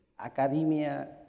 academia